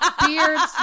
beards